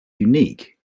unique